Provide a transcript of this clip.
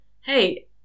Hey